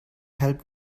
help